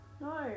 No